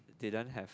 didn't have